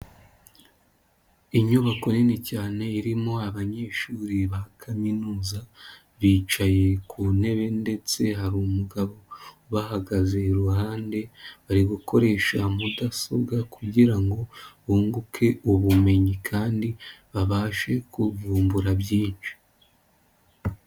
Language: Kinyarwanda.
Inyubako nini cyane irimo abanyeshuri ba kaminuza bicaye ku ntebe ndetse hari umugabo ubahagaze iruhande bari gukoresha mudasobwa kugira ngo bunguke ubumenyi kandi babashe kuvumbura byinshi.